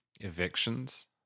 evictions